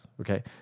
okay